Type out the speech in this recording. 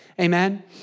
Amen